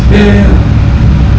and what he just photoshoot